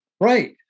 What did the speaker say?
Right